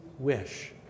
Wish